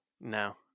No